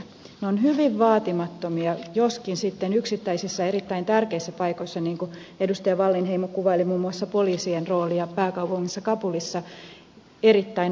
ne ovat hyvin vaatimattomia joskin sitten yksittäisissä erittäin tärkeissä paikoissa niin kuin edustaja wallinheimo kuvaili muun muassa poliisien roolia pääkaupungissa kabulissa erittäin arvostettuja ja hienoja